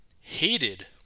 hated